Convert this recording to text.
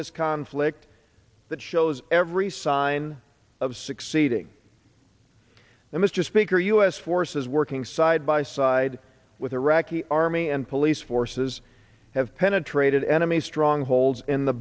this conflict that shows every sign of succeeding that mr speaker u s forces working side by side with iraqi army and police forces have penetrated enemy strongholds in the